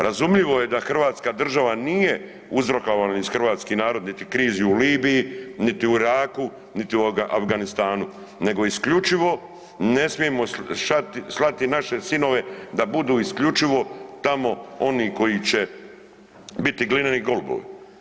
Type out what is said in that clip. Razumljivo je da Hrvatska država nije uzrokovala niti hrvatski narod niti krizu u Libiji niti u Iraku, niti u Afganistanu nego isključivo ne smijemo slati naše sinove da budu isključivo tamo oni koji će biti glineni golubovi.